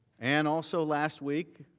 and also last week,